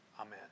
Amen